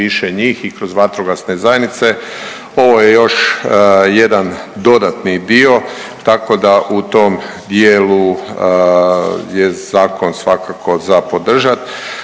više njih i kroz vatrogasne zajednice. Ovo je još jedan dodatni dio, tako da u tom dijelu je zakon svakako za podržat,